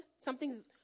Something's